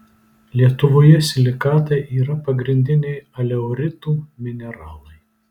lietuvoje silikatai yra pagrindiniai aleuritų mineralai